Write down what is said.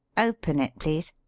open it, please.